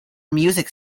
music